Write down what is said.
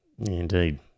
Indeed